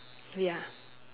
ya